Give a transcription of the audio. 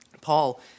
Paul